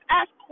ask